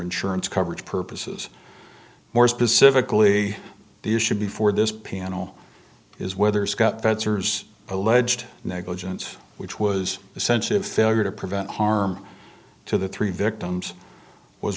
insurance coverage purposes more specifically the issue before this panel is whether scott fetzer alleged negligence which was essentially a failure to prevent harm to the three victims was